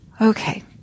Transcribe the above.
Okay